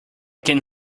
can